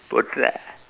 போட்டறேன்:poottareen